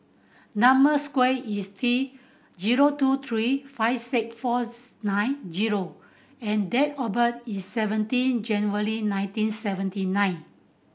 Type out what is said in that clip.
number square is T zero two three five six four nine zero and date of birth is seventeen January nineteen seventy nine